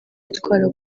yitwara